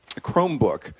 Chromebook